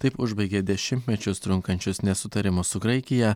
taip užbaigė dešimtmečius trunkančius nesutarimus su graikija